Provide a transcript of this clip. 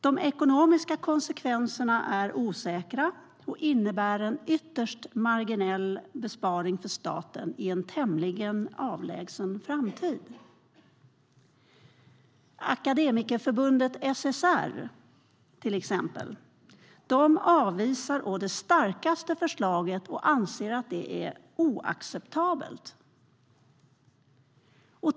De ekonomiska konsekvenserna är osäkra och innebär en ytterst marginell besparing för staten i en tämligen avlägsen framtid. Akademikerförbundet SSR avvisar å det starkaste förslaget och anser att det är oacceptabelt.